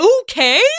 okay